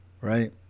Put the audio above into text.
Right